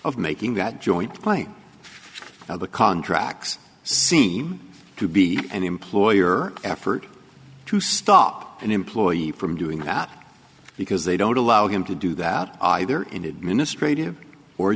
of making that joint claim now the contracts seem to be an employer effort to stop an employee from doing that because they don't allow him to do that either